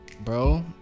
bro